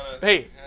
Hey